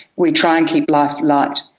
we try and keep life light.